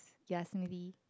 ya smoothies